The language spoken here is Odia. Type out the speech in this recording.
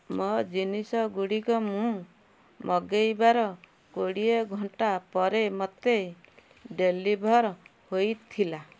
ମୋ ଜିନିଷଗୁଡ଼ିକ ମୁଁ ମଗେଇବାର କୋଡ଼ିଏ ଘଣ୍ଟା ପରେ ମୋତେ ଡେଲିଭର୍ ହୋଇଥିଲା